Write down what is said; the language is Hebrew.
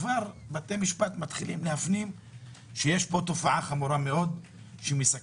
בתי המשפט כבר מתחילים להפנים שיש פה תופעה חמורה מאוד שמסכנת